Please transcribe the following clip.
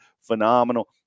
phenomenal